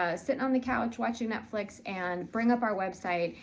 ah sitting on the couch, watching netflix, and bring up our website,